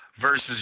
versus